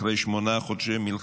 אחרי שמונה חודשים,